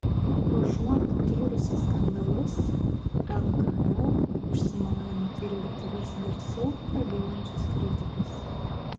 užuot tyrusi skandalus lkl užsimojo nutildyti vis garsiau prabylančius kritikus